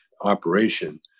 operation